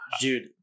dude